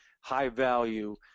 high-value